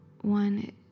one